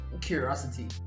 curiosity